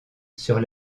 sur